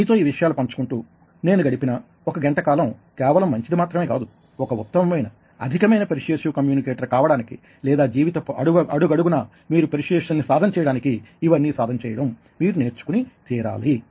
మీతో ఈ విషయాలు పంచుకుంటూ నేను గడిపిన ఒక గంట కాలం కేవలం మంచిది మాత్రమే కాదు ఒక ఉత్తమమైన అధికమైన పెర్స్యుయేసివ్ కమ్యూనికేటర్ కావడానికి లేదా జీవితపు అడుగడుగునా మీరు పెర్య్సుయేసన్ ని సాధన చేయడానికీ ఇవన్నీ సాధన చేయడం మీరు నేర్చుకుని తీరాలి